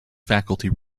faculty